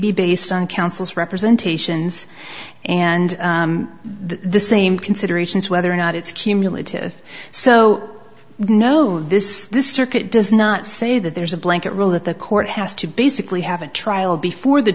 be based on counsel's representation and the same considerations whether or not it's cumulative so no this this circuit does not say that there's a blanket rule that the court has to basically have a trial before the